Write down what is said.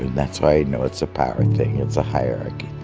that's why, you know, it's a power thing. it's a hierarchy